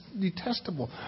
detestable